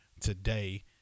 today